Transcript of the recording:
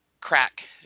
crack